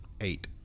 Eight